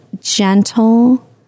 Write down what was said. gentle